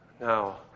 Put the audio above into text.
Now